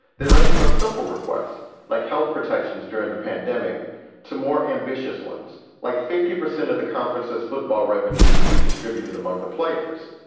they range from simple request like health protections during the pandemic to more ambitious ones like fifty percent of the conferences, football revenue to be distributed among the players.